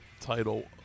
title